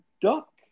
duck